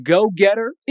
Go-Getter